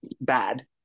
Bad